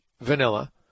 vanilla